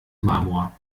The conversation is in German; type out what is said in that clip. marmor